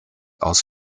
aus